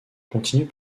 continue